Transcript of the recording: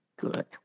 Good